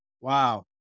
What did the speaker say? Wow